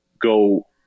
go